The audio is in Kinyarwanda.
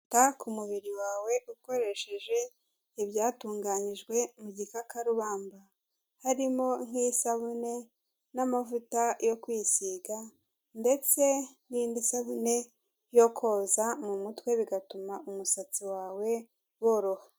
Ita ku mubiri wawe ukoresheje ibyatunganyijwe mu gikakarubamba, harimo nk'isabune n'amavuta yo kwisiga ndetse n'indi sabune yo koza mu mutwe bigatuma umusatsi wawe woroha.